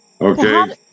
Okay